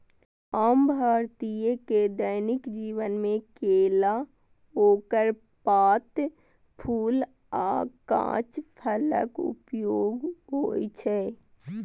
आम भारतीय के दैनिक जीवन मे केला, ओकर पात, फूल आ कांच फलक उपयोग होइ छै